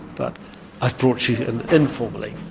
but i've brought you here informally.